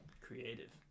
Creative